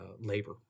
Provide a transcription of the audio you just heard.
labor